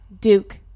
Duke